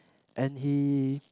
and he